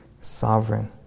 sovereign